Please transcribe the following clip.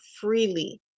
freely